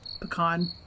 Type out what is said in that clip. pecan